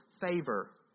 favor